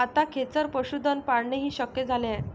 आता खेचर पशुधन पाळणेही शक्य झाले आहे